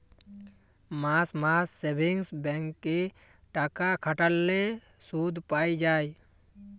মাস মাস savings bank এ টাকা খাটাল্যে শুধ পাই যায়